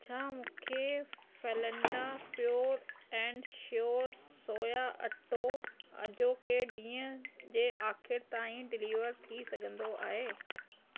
छा मूंखे फेलेंडा प्यूर एंड श्योर सोया अटो अॼोके ॾींहं जे आख़िर ताईं डिलीवर थी सघंदो आहे